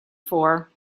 for